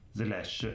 slash